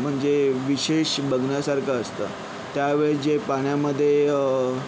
म्हणजे विशेष बघण्यासारखं असतं त्यावेळेस जे पाण्यामध्ये